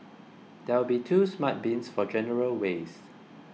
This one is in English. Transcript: there will be two smart bins for general waste